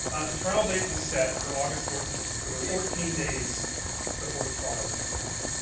trial date was set for august fourteenth. there were fourteen days before the trial was going to happen.